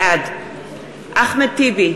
בעד אחמד טיבי,